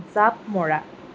জাঁপ মৰা